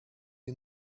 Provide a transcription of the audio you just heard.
you